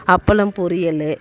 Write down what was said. அப்பளம் பொரியல்